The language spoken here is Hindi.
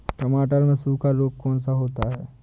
टमाटर में सूखा रोग कौन सा होता है?